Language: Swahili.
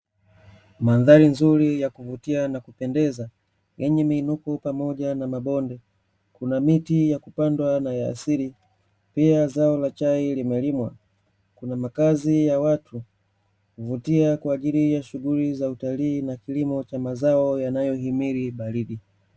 Mandhari nzuri ya kuvutia na kupendeza yenye miinuko pamoja na mabonde kuna miti ya kupandwa na ya asili pia zao la chai limelimwa kuna makazi ya watu huvutia kwa ajili ya shughuli za utalii na kilimo cha mazao yanayohimili baridi.